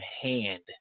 hand